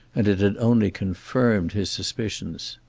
and it had only confirmed his suspicions.